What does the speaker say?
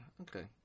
okay